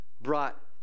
brought